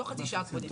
לא חצי שעה קודם.